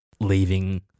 leaving